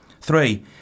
Three